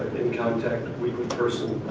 in contact weekly person,